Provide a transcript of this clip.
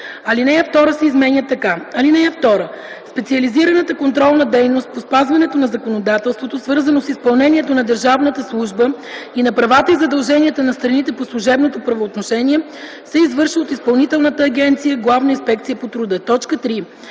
Алинея 2 се изменя така: